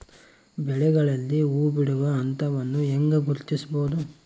ಬೆಳೆಗಳಲ್ಲಿ ಹೂಬಿಡುವ ಹಂತವನ್ನು ಹೆಂಗ ಗುರ್ತಿಸಬೊದು?